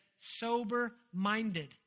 sober-minded